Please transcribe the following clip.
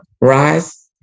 Rise